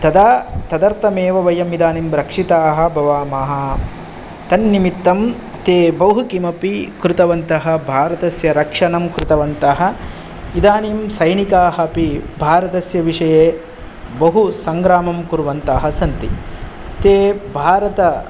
तदा तदर्थम् एव वयम् इदानीं रक्षिताः भवामः तन्निमित्तं ते बहुकिमपि कृतवन्तः भारतस्य रक्षणं कृतवन्तः इदानीं सौनिकाः अपि भारतस्य विषये बहु सङ्ग्रामं कुर्वन्तः सन्ति ते भारत